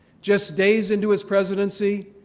just days into his presidency,